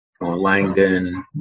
Langdon